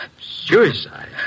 Suicide